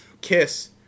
KISS